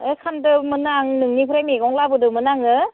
खामदोमोन आं नोंनिफ्राय मैगं लाबोदोंमोन आङो